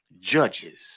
judges